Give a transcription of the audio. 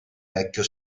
vecchio